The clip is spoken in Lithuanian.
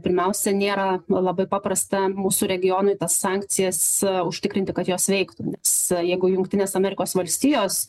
pirmiausia nėra labai paprasta mūsų regionui tas sankcijas užtikrinti kad jos veiktų nes jeigu jungtinės amerikos valstijos